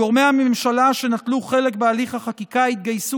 גורמי הממשלה שנטלו חלק בהליך החקיקה התגייסו